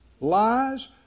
Lies